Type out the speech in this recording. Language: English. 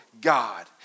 God